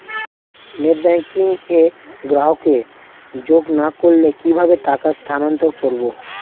Net banking এ গ্রাহককে যোগ না করে কিভাবে টাকা স্থানান্তর করব?